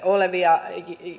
olevia